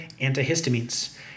antihistamines